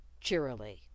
cheerily